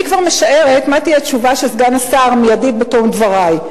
אני כבר משערת מה תהיה תשובת סגן השר מייד בתום דברי.